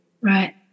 right